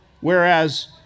Whereas